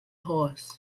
horse